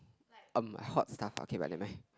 um hot stuff okay but never mind